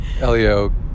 Elio